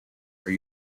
are